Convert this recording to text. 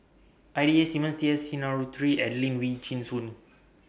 I D A Simmons T S Sinnathuray Adelene Wee Chin Suan